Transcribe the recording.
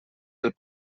del